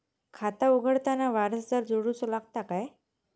खाता उघडताना वारसदार जोडूचो लागता काय?